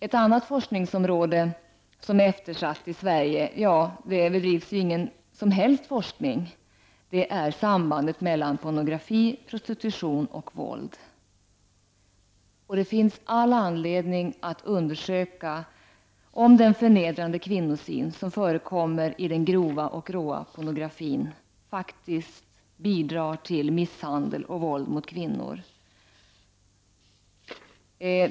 Ett annat forskningsområde som är eftersatt i Sverige — ja, ett område där det inte bedrivs någon som helst forskning — rör frågorna om ett eventuellt samband mellan pornografi, prostitution och våld. Det finns all anledning att undersöka om den förnedrande kvinnosyn som förekommer i den grova och råa pornografin faktiskt bidrar till misshandel och våld mot kvinnor.